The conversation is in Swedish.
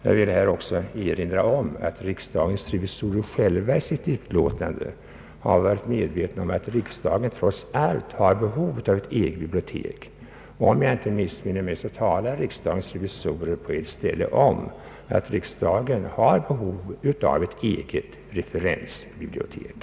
Jag vill också erinra om att riksdagens revisorer själva i sitt yttrande varit medvetna om att riksdagen trots allt har behov av ett eget bibliotek. Om jag inte missminner mig, så talar riksdagens revisorer på ett ställe om att riksdagen behöver ett eget referensbibliotek.